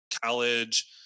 college